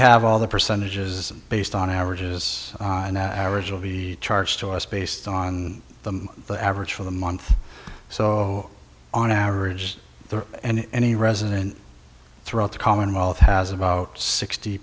have all the percentages based on averages an average will be charged to us based on the the average for the month so on average and any resident throughout the commonwealth has about sixty